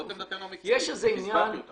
זאת עמדתנו המקצועית, הסברתי אותה.